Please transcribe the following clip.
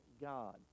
god